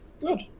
Good